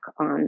on